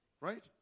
right